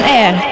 air